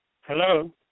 Hello